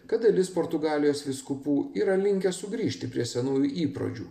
kad dalis portugalijos vyskupų yra linkę sugrįžti prie senųjų įpročių